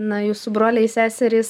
na jūsų broliai seserys